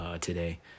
today